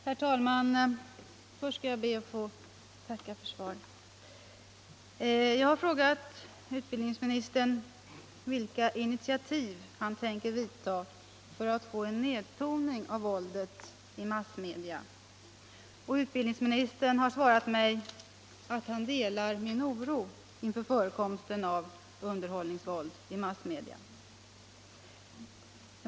Herr talman! Först skall jag be att få tacka för svaret på min fråga. Jag har frågat utbildningsministern vilka initiativ han tänker ta för ningsvåldets negativa effekter att få en nedtoning av våldet i massmedia, och utbildningsministern har svarat mig att han delar min oro inför förekomsten av underhållningsvåld i massmedia.